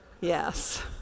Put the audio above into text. yes